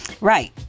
Right